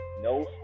no